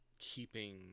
keeping